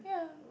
yeah